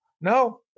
No